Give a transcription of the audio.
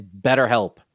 BetterHelp